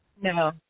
No